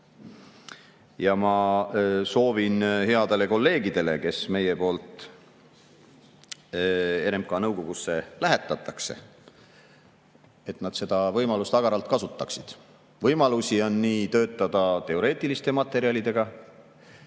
Ja ma soovin headele kolleegidele, kes meie poolt RMK nõukogusse lähetatakse, et nad seda võimalust agaralt kasutaksid. Võimalusi on nii töötada teoreetiliste materjalidega